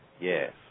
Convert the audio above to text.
Yes